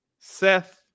Seth